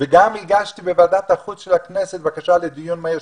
וגם הגשתי בוועדת החוץ של הכנסת בקשה לדיון מהיר,